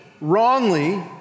wrongly